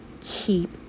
Keep